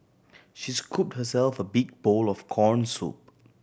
she scooped herself a big bowl of corn soup